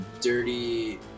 dirty